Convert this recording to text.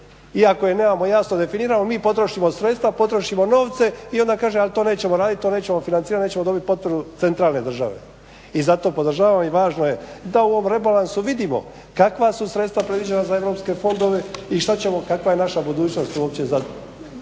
ako je nama jasno definirano mi potrošimo sredstva, potrošimo novce i onda kaže al to nećemo raditi, to nećemo financirati, nećemo dobiti potporu centralne države. I zato podržavam i važno je da u ovom rebalansu vidimo kakva su sredstva previđena za Europske fondove i šta ćemo, kakva je naša budućnost uopće za